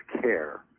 care